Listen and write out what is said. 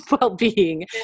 well-being